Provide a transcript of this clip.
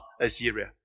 Assyria